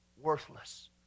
worthless